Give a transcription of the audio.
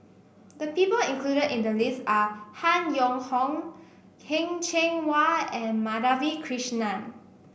the people included in the list are Han Yong Hong Heng Cheng Hwa and Madhavi Krishnan